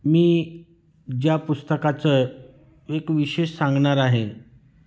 मी ज्या पुस्तकाचं एक विशेष सांगणार आहे